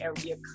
Area